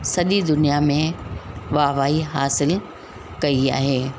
सॼी दुनिया में वाह वाही हासिलु कई आहे